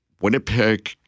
Winnipeg